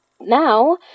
now